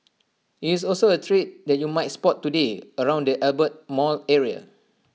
IT is also A trade that you might spot today around the Albert mall area